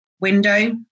window